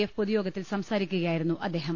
F പൊതുയോഗത്തിൽ സംസാരിക്കുകയായിരുന്നു അദ്ദേഹം